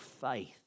faith